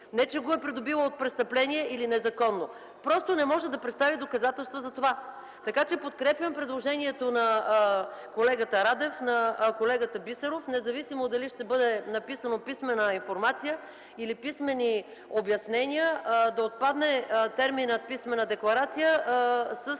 не че го е придобило от престъпления или незаконно. Просто не може да представи доказателства за това. Подкрепям предложението на колегата Радев и на колегата Бисеров, независимо дали ще бъде с писмена информация или писмени обяснения: да отпадне терминът „писмена декларация”